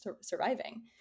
surviving